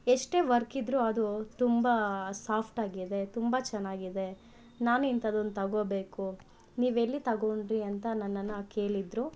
ಎಷ್ಟೇ ವರ್ಕಿದ್ರು ಅದು ತುಂಬ ಸಾಫ್ಟ್ ಆಗಿದೆ ತುಂಬ ಚೆನ್ನಾಗಿದೆ ನಾನು ಇಂಥದ್ದೊಂದು ತೊಗೋಬೇಕು ನೀವೆಲ್ಲಿ ತೊಗೊಂಡ್ರಿ ಅಂತ ನನ್ನನ್ನು ಕೇಳಿದ್ರು